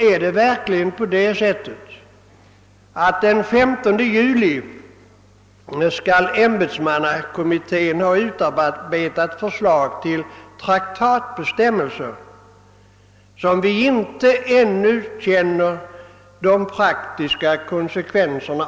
är det verkligen på det sättet att ämbetsmannakommittén till den 15 juli skall ha utarbetat förslag till traktatbestämmelser, av vilka vi ännu icke känner de praktiska konsekvenserna?